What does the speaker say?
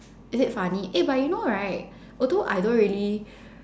is it funny eh but you know right although I don't really